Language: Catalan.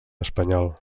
espanyol